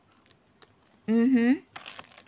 mmhmm